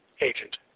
agent